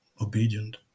obedient